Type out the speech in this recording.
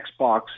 Xbox